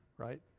right?